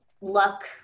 luck